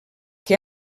que